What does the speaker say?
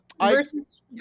versus